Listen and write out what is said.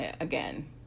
again